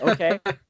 okay